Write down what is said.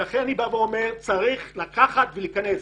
ולכן, אני אומר שצריך לקחת ולהיכנס